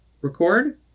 record